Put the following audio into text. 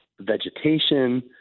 vegetation